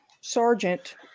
sergeant